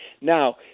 Now